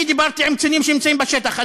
אני דיברתי עם קצינים שנמצאים בשטח.